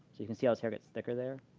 so you can see how his hair gets thicker there.